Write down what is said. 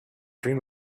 dream